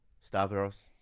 Stavros